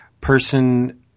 person